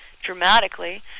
dramatically